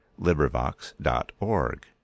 LibriVox.org